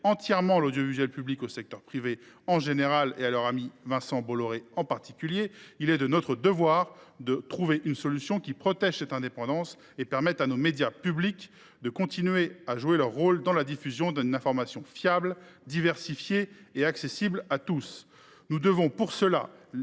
entièrement l’audiovisuel public au secteur privé en général et à leur ami Vincent Bolloré en particulier, il est de notre devoir de trouver une solution qui protège cette indépendance et permette à nos médias publics de continuer de jouer leur rôle dans la diffusion d’une information fiable, diversifiée et accessible à tous. Pour cela,